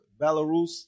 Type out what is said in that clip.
Belarus